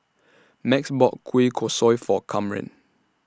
Max bought Kueh Kosui For Kamren